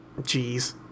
Jeez